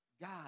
God